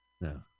No